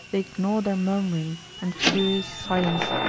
they gnaw their murmuring, and furious silence,